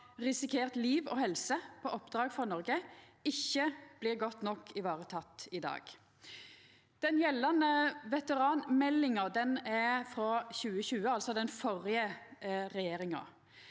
risikert liv og helse på oppdrag for Noreg, ikkje blir godt nok varetekne i dag. Den gjeldande veteranmeldinga er frå 2020, altså under den førre regjeringa.